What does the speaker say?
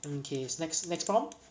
mm kays next prompt